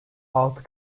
altı